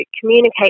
communicate